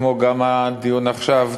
כמו הדיון עכשיו,